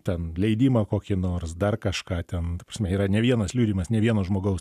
ten leidimą kokį nors dar kažką ten ta prasme yra ne vienas liudijimas ne vieno žmogaus